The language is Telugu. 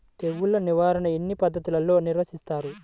తెగులు నిర్వాహణ ఎన్ని పద్ధతుల్లో నిర్వహిస్తారు?